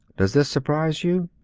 does this surprise you?